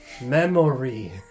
Memory